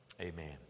Amen